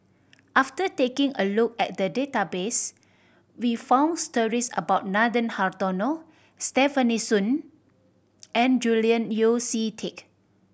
after taking a look at the database we found stories about Nathan Hartono Stefanie Sun and Julian Yeo See Teck